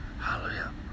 Hallelujah